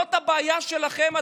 זאת הבעיה שלכם,